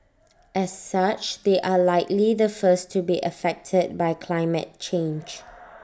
as such they are likely the first to be affected by climate change